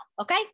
Okay